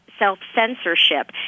self-censorship